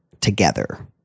together